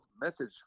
message